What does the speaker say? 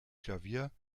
klavier